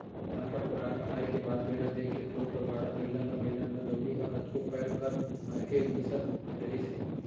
धान पान कोठार म आए के बाद बेरा देख के थोर थोर गाड़ा बइला म, बेलन म, दउंरी म कतको पैर कर करके मिसत रहिस हे